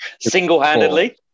Single-handedly